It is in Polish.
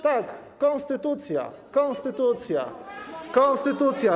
Tak, konstytucja, konstytucja, konstytucja.